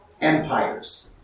empires